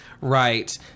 Right